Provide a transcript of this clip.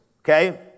okay